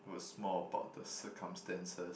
it was more about the circumstances